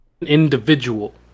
individual